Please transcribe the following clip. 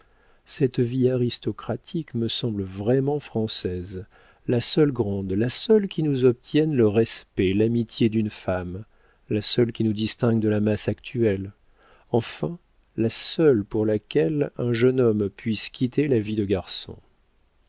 cette vie aristocratique me semble vraiment française la seule grande la seule qui nous obtienne le respect l'amitié d'une femme la seule qui nous distingue de la masse actuelle enfin la seule pour laquelle un jeune homme puisse quitter la vie de garçon